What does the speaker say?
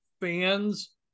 fans